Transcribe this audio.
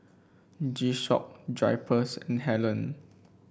G Shock Drypers and Helen